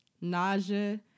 nausea